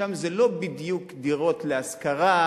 שם זה לא בדיוק דירות להשכרה.